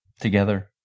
together